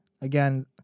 again